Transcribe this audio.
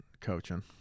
coaching